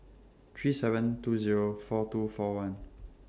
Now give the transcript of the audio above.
three seven two Zero four two four one